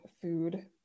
food